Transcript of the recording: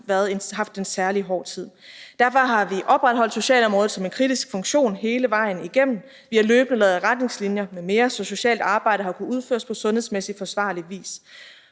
haft en særlig hård tid. Derfor har vi opretholdt socialområdet som en kritisk funktion hele vejen igennem. Vi har løbende lavet retningslinjer m.m., så socialt arbejde har kunnet udføres på sundhedsmæssigt forsvarlig vis.